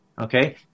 Okay